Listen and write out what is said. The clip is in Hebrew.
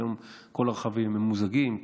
היום כל הרכבים ממוזגים.